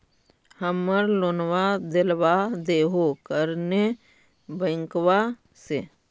हमरा लोनवा देलवा देहो करने बैंकवा से?